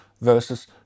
versus